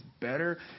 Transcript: better